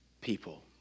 people